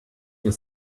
your